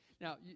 Now